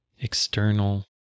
external